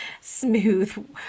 smooth